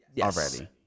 already